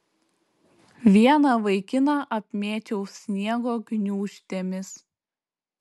vieną vaikiną apmėčiau sniego gniūžtėmis